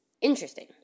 interesting